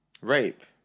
Rape